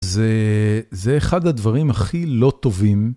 זה, זה אחד הדברים הכי לא טובים.